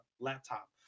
laptop